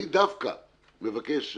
אני דווקא מבקש,